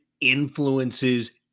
influences